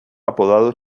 apodado